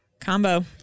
Combo